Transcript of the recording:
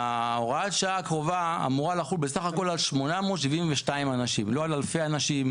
הוראת השעה הקרובה אמורה לחול בסך הכול על 872 אנשים ולא על אלפי אנשים.